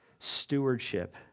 Stewardship